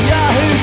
Yahoo